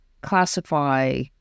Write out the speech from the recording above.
classify